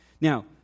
Now